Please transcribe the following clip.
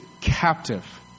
captive